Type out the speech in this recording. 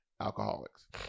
alcoholics